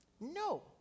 No